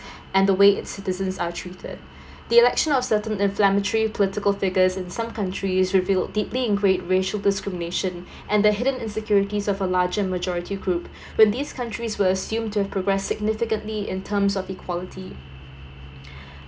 and they way it's citizen are treated the election for certain inflammatory politic figures in some country revealed deeply in great racial discrimination and the hidden insecurities of a larger and majority group when these country were assume to have progress significantly in terms of equality